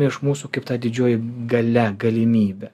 iš mūsų kaip ta didžioji galia galimybė